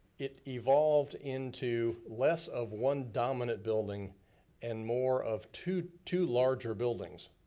it evolved into less of one dominant building and more of two two larger buildings.